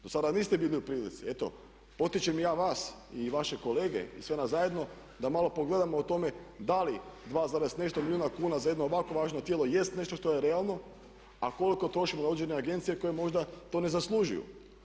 Dosada niste bili u prilici, eto potičem i ja vas i vaše kolege i sve nas zajedno da malo pogledamo o tome da li 2 i nešto milijuna kuna za jedno ovako važno tijelo jest nešto što je realno, a koliko trošimo na određene agencije koje možda to ne zaslužuju.